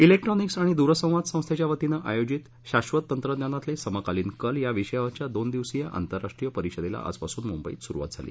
ा जिक्ट्रॉनिक्स आणि दूरसंवाद संस्थेच्या वतीनं आयोजित शाधत तंत्रज्ञानातले समकालीन कल या विषयावरच्या दोन दिवसीय आंतरराष्ट्रीय परिषदेला आजपासून मुंबईत सुरुवात झाली